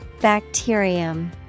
Bacterium